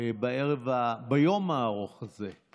ביום הארוך הזה,